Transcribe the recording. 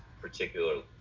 particularly